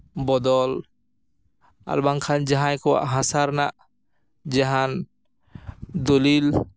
ᱵᱚᱫᱚᱞ ᱟᱨ ᱵᱟᱝᱠᱷᱟᱱ ᱡᱟᱦᱟᱸᱭ ᱠᱚᱣᱟᱜ ᱦᱟᱥᱟ ᱨᱮᱱᱟᱜ ᱡᱟᱦᱟᱱ ᱫᱚᱞᱤᱞ